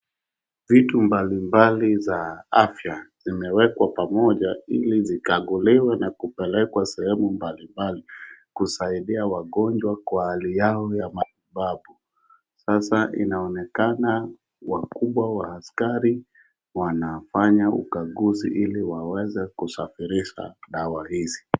Vitu mbalimbali za afya zimewekwa pamoja ili zikaguliwe na kupelekwa sehemu mbalimbali kusaidia wagonjwa kwa hali yao ya matibabu. Sasa inaonekana wakubwa wa askari wanafanya ukaguzi ili waweze kusafirisha dawa hizi.